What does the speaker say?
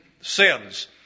sins